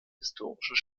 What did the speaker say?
historischen